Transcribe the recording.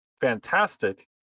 fantastic